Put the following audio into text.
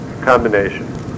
combination